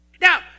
Now